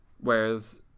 whereas